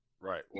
Right